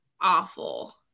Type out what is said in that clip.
awful